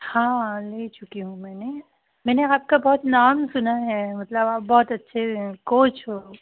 हाँ ले चुकी हूँ मैंने मैंने आपका बहुत नाम सुना है मतलब आप बहुत अच्छे कोच हो